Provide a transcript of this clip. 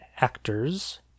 Actors